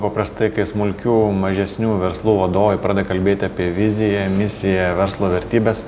paprastai kai smulkių mažesnių verslų vadovai pradeda kalbėti apie viziją misiją verslo vertybes